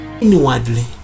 inwardly